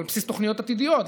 על בסיס תוכניות עתידיות.